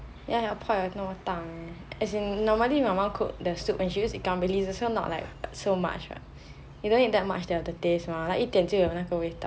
ya ya pot 有哪么大 meh as in usually my mum cook the soup she use ikan bilis also not like so much [what] you don't need to eat so much of the taste mah like 一点就有那个味道了